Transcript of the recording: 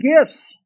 gifts